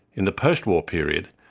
in the post-war period,